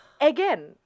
again